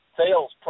sales